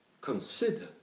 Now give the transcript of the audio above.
consider